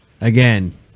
Again